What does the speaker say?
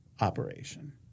operation